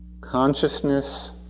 consciousness